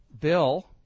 Bill